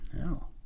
No